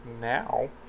Now